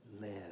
live